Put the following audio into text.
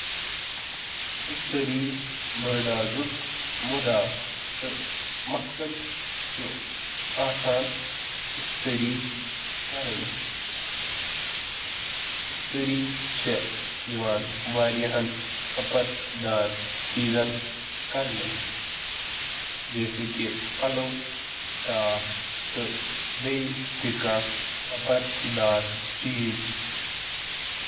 استاری بورڈُک مقصد کیا چھُ استاری ہُنٛد مقصد چُھ پَلو تہٕ باقٕے کَپُر پَلَو اِستٲری کَرٕنہِ ۔